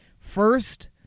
first